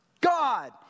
God